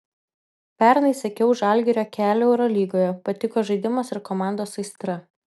pernai sekiau žalgirio kelią eurolygoje patiko žaidimas ir komandos aistra